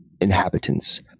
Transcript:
inhabitants